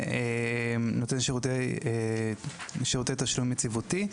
ונותן שירותי תשלום יציבותי.